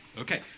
Okay